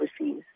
overseas